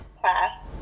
class